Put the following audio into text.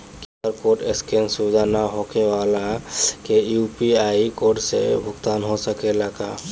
QR code scan सुविधा ना होखे वाला के यू.पी.आई कोड से भुगतान हो सकेला का?